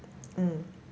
mm